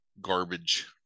Garbage